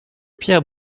pierre